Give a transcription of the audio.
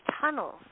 tunnels